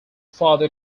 further